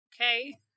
Okay